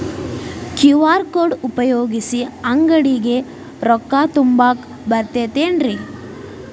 QR code ಉಪಯೋಗಿಸಿ, ಅಂಗಡಿಗೆ ರೊಕ್ಕಾ ತುಂಬಾಕ್ ಬರತೈತೇನ್ರೇ?